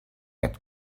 had